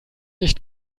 nicht